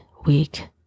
week